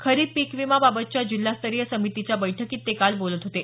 खरीप पीक विमा बाबतच्या जिल्हास्तरीय समितीच्या बैठकीत काल ते बोलत होते